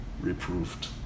reproved